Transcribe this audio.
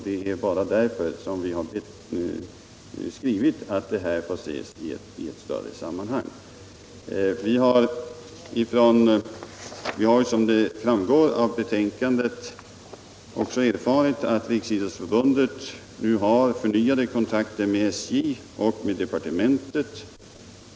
Det är av den anledningen som vi skrivit att saken får ses i ett större sammanhang. Som framgår av betänkandet har vi också erfarit att Riksidrottsförbundet avser att ta förnyade kontakter med SJ och departementet.